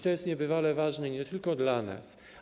To jest niebywale ważne nie tylko dla nas.